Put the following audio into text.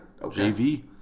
JV